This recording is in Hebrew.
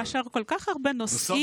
כאשר יש כל כך הרבה נושאים,